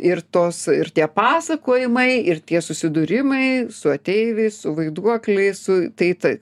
ir tos ir tie pasakojimai ir tie susidūrimai su ateiviais su vaiduokliais tai taip